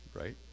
right